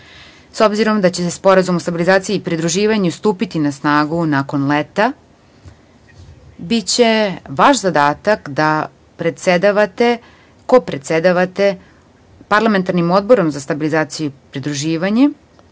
obzirom da će Sporazum o stabilizaciji i pridruživanju stupiti na snagu nakon leta, biće vaš zadatak da predsedavate, kopredsedavate parlamentarnim odborom za stabilizaciju i pridruživanje,